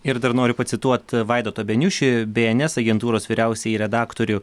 ir dar noriu pacituoti vaidotą beniušį bėenes agentūros vyriausiąjį redaktorių